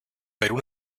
perú